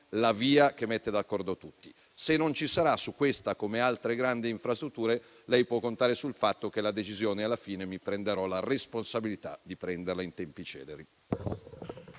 la via che mette d'accordo tutti. Se non ci sarà, su questa come su altre grandi infrastrutture, può contare sul fatto che alla fine mi prenderò la responsabilità di prendere la decisione in tempi celeri.